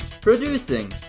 producing